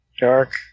Dark